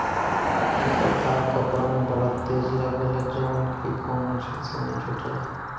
एकर दाग कपड़ा में बड़ा तेज लागेला जउन की कवनो चीज से ना छुटेला